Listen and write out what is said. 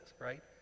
right